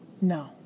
no